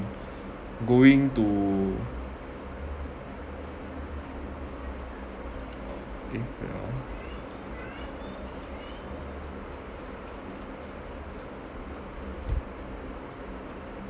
going to eh wait ah